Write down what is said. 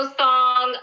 song